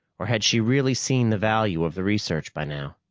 or had she really seen the value of the research by now?